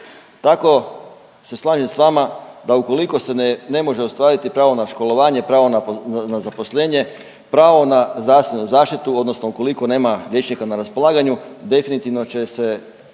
Tako se slažem s vama da ukoliko se ne može ostvariti pravo na školovanje, pravo na zaposlenje, pravo na zdravstvenu zaštitu odnosno ukoliko nema liječnika na raspolaganju definitivno će se